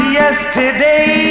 yesterday